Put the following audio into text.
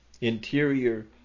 Interior